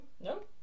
no